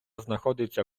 знаходиться